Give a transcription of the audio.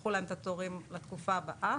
דחו להם את התורים לתקופה הבאה.